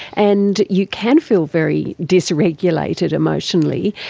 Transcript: and you can feel very dysregulated emotionally.